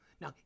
Now